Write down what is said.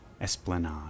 Esplanade